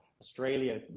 Australia